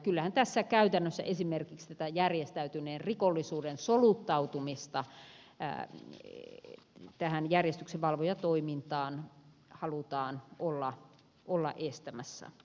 kyllähän tässä käytännössä esimerkiksi tätä järjestäytyneen rikollisuuden soluttautumista tähän järjestyksenvalvojatoimintaan halutaan olla estämässä